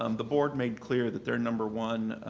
um the board made clear that their number one